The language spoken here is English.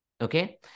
okay